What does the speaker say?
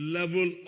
level